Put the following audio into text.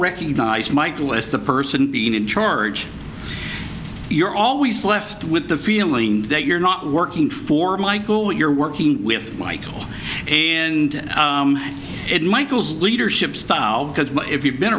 recognize michael as the person being in charge you're always left with the feeling that you're not working for michael when you're working with michael and it michael's leadership style because if you've been